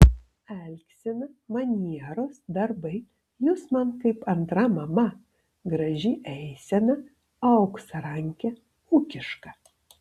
elgsena manieros darbai jūs man kaip antra mama graži eisena auksarankė ūkiška